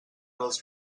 dels